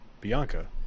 Bianca